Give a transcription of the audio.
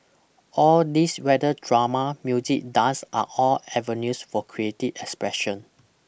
all these whether drama music dance are all avenues for creative expression